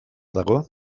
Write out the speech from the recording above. dago